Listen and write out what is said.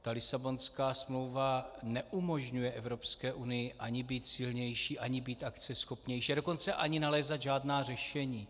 Ta Lisabonská smlouva neumožňuje Evropské unii ani být silnější, ani být akceschopnější, a dokonce ani nalézat žádná řešení.